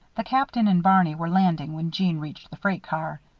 the captain and barney were landing when jeanne reached the freight car.